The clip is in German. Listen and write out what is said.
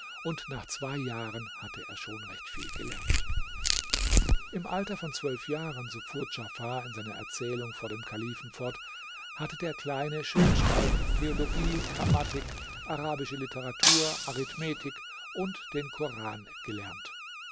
und nach zwei jahren hatte er schon recht viel gelernt im alter von zwölf jahren so fuhr djafar in seiner erzählung vor dem kalifen fort hatte der kleine schönschreiben theologie grammatik arabische literatur arithmetik und den koran gelernt